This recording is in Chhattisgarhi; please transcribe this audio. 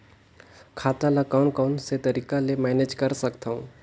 खाता ल कौन कौन से तरीका ले मैनेज कर सकथव?